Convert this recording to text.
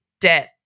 debt